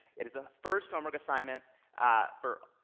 it is the first homework assignment for,